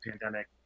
pandemic